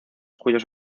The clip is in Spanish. cuyos